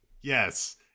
yes